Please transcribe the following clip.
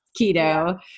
keto